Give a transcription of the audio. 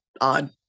odd